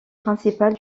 principale